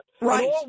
Right